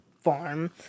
Farm